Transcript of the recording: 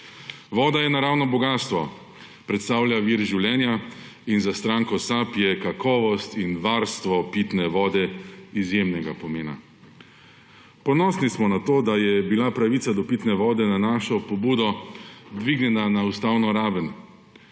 Voda je naravno bogastvo, predstavlja vir življenja in za stranko SAB je kakovost in varstvo pitne vode izjemnega pomena. Ponosni smo na to, da je bila pravica do pitne vode na našo pobudo dvignjena na ustavno raven.